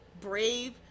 brave